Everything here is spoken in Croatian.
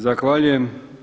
Zahvaljujem.